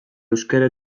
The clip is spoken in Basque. euskara